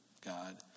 God